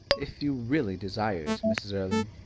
if you really desire it, mrs. erlynne.